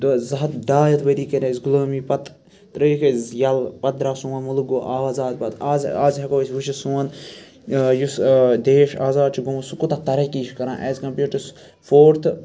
دۄہ زٕ ہَتھ ڈاے ہَتھ ؤری کٔر اَسہِ غُلٲمی پَتہٕ ترٛٲوِکھ أسۍ یَلہٕ پَتہٕ درٛاو سون مُلُک گوٚو آزاد پَتہٕ آز آز ہیٚکو أسۍ وٕچھِتھ سون یُس دیش آزاد چھُ گوٚمُت سُہ کوٗتاہ تَرقی چھِ کَران ایز کَمپیٲڑ ٹُو فورتھٕ